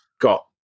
got